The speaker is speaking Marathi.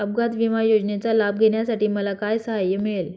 अपघात विमा योजनेचा लाभ घेण्यासाठी मला काय सहाय्य मिळेल?